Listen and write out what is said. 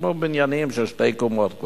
בניינים של שתי קומות.